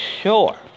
sure